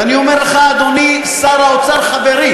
ואני אומר לך, אדוני שר האוצר, חברי